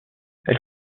elle